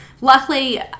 Luckily